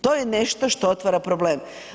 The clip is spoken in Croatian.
To je nešto što otvara problem.